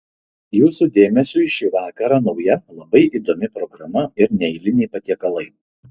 jūsų dėmesiui šį vakarą nauja labai įdomi programa ir neeiliniai patiekalai